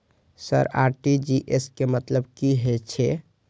Sir RTGS के मतलब की हे छे?